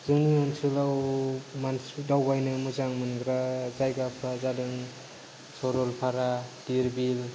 जोंनि ओनसोलाव मानसिफोर दावबायनो मोजां मोनग्रा जायगाफ्रा जादों सरलपारा धिरबिल